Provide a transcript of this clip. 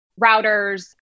routers